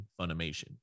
Funimation